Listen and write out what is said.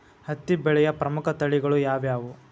ಹತ್ತಿ ಬೆಳೆಯ ಪ್ರಮುಖ ತಳಿಗಳು ಯಾವ್ಯಾವು?